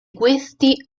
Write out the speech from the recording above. questi